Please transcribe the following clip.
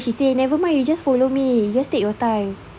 then she say never mind you just follow me you just take your time